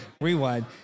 Rewind